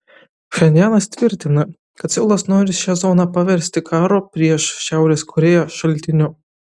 pchenjanas tvirtina kad seulas nori šią zoną paversti karo prieš šiaurės korėją šaltiniu